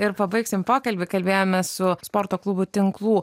ir pabaigsime pokalbį kalbėjomės su sporto klubų tinklų